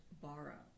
borrow